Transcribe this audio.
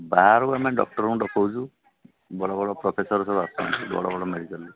ବାହାରୁ ଆମେ ଡକ୍ଟରଙ୍କୁ ଡକଉଛୁ ବଡ଼ ବଡ଼ ପ୍ରଫେସର୍ ସବୁ ଆସୁଛନ୍ତି ବଡ଼ ବଡ଼ ମେଡିକାଲ୍